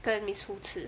跟你出吃